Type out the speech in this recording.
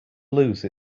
lose